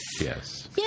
Yes